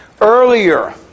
Earlier